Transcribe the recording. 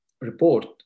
report